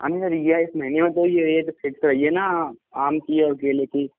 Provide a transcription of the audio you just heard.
हाँ जी सर यह इस महीने में तो ये ये तो फिक्स है ये ना आम की और केले की